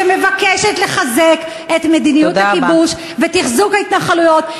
שמבקשת לחזק את מדיניות הכיבוש ותחזוק ההתנחלויות.